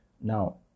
Now